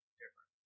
different